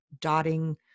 dotting